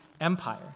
empire